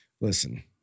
Listen